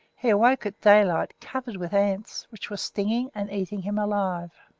he awoke at daylight covered with ants, which were stinging and eating him alive.